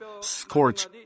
scorch